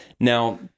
Now